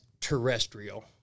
terrestrial